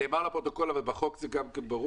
נאמר לפרוטוקול, אבל בחוק זה גם כן ברור?